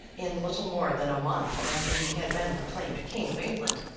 in little more than a month after he had been proclaimed king of england,